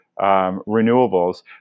renewables